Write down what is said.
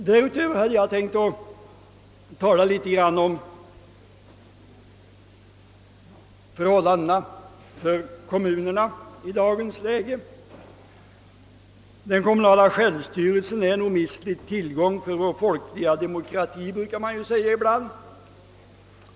Därutöver hade jag tänkt tala litet om förhållandena för kommunerna i dagens läge. Den kommunala självstyrelsen är en omistlig tillgång för vår folkliga demokrati, brukar man säga.